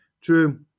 True